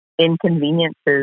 inconveniences